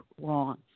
wrong